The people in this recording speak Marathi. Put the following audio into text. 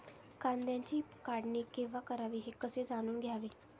कांद्याची काढणी केव्हा करावी हे कसे जाणून घ्यावे?